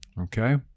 Okay